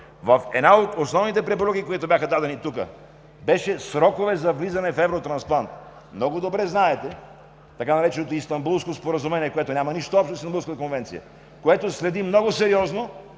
в една от основните препоръки, които бяха дадени тук, са срокове за влизане в Евротрансплант. Много добре знаете така нареченото Истанбулско споразумение, което няма нищо общо с Истанбулската конвенция, което следи много сериозно